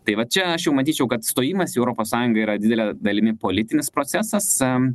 tai va čia aš jau matyčiau kad stojimas į europos sąjungą yra didele dalimi politinis procesas am